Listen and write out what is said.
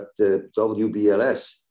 WBLS